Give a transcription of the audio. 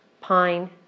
pine